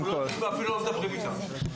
אנחנו אפילו לא מדברים איתם.